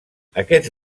aquests